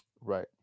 Right